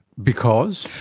because?